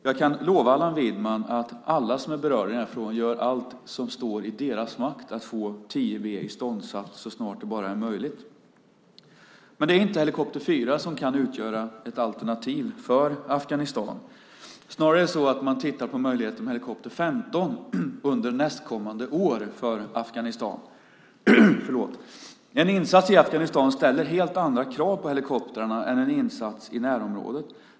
Jag kan lova Allan Widman att alla som är berörda i den här frågan gör allt som står i deras makt för att få 10 B iståndsatt så snart det bara är möjligt. Helikopter 4 kan inte utgöra ett alternativ i Afghanistan. Det är snarare så att man tittar på möjligheterna att sända helikopter 15 till Afghanistan under nästkommande år. En insats i Afghanistan ställer helt andra krav på helikoptrarna än en insats i närområdet.